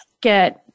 get